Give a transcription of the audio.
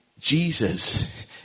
Jesus